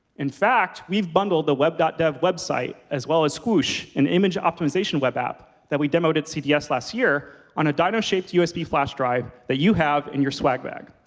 in fact, we've bundled the web dev website, as well as squoosh, an image optimization web app that we demoed at cds last year on a dino-shaped usb flash drive that you have in your swag bag.